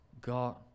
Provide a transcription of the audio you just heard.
God